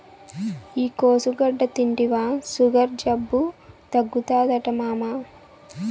ఈ కోసుగడ్డ తింటివా సుగర్ జబ్బు తగ్గుతాదట మామా